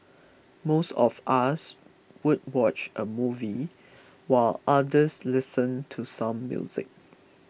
most of us would watch a movie while others listen to some music